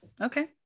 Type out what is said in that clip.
okay